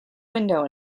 window